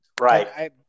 Right